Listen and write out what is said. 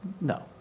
no